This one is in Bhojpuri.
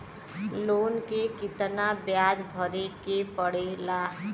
लोन के कितना ब्याज भरे के पड़े ला?